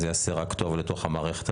אני אישית שותף לדאגה וכל חברי המועצה